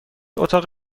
اتاق